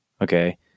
okay